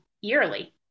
yearly